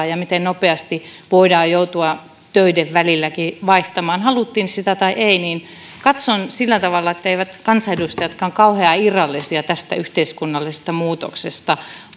ja ja miten nopeasti voidaan joutua töiden välilläkin vaihtamaan haluttiin sitä tai ei niin katson sillä tavalla etteivät kansanedustajatkaan kauhean irrallisia tästä yhteiskunnallisesta muutoksesta